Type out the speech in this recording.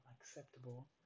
acceptable